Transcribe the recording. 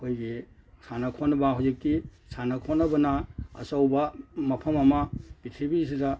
ꯑꯩꯈꯣꯏꯒꯤ ꯁꯥꯟꯅ ꯈꯣꯠꯅꯕ ꯍꯧꯖꯤꯛꯇꯤ ꯁꯥꯟꯅ ꯈꯣꯠꯅꯕꯅ ꯑꯆꯧꯕ ꯃꯐꯝ ꯑꯃ ꯄ꯭ꯔꯤꯊꯤꯕꯤꯁꯤꯗ